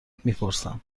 میپرسم